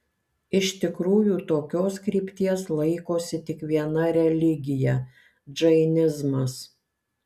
iš tikrųjų tokios krypties laikosi tik viena religija džainizmas